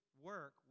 work